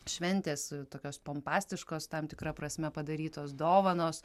šventės tokios pompastiškos tam tikra prasme padarytos dovanos